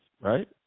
right